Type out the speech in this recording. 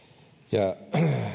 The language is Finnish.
ja